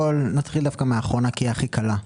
ונתחיל דווקא מהאחרונה כי היא הכי קלה.